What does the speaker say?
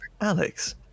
Alex